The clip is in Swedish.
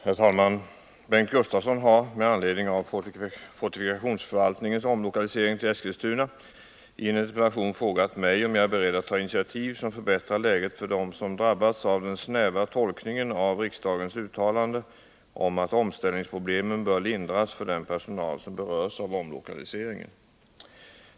Herr talman! Bengt Gustavsson har — med anledning av fortifikationsförvaltningens omlokalisering till Eskilstuna — i en interpellation frågat mig om jag är beredd att ta initiativ som förbättrar läget för dem som drabbats av den snäva tolkningen av riksdagens uttalande om att omställningsproblemen bör lindras för den personal som berörs av omlokalisering.